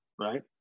right